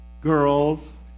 Girls